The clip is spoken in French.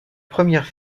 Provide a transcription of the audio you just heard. première